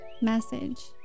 message